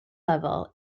level